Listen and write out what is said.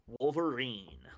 Wolverine